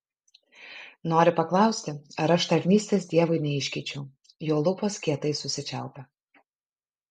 nori paklausti ar aš tarnystės dievui neiškeičiau jo lūpos kietai susičiaupia